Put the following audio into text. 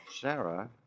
Sarah